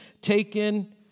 taken